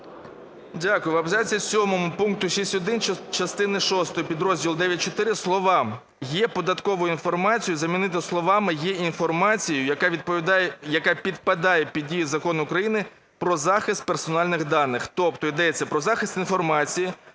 Дякую. В абзаці сьомому пункту 6.1. частини шостої підрозділу 9.4. слова "є податковою інформацією" замінити словами "є інформацією, яка підпадає під дію Закону України "Про захист персональних даних". Тобто йдеться про захист інформації,